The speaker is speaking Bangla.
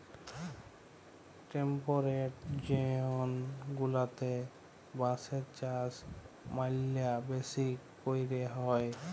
টেম্পেরেট জন গুলাতে বাঁশের চাষ ম্যালা বেশি ক্যরে হ্যয়